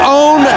own